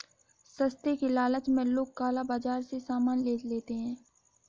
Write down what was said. सस्ते के लालच में लोग काला बाजार से सामान ले लेते हैं